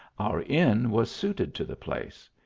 our inn was suited to the place.